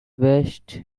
best